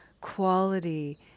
quality